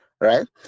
right